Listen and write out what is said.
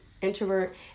introvert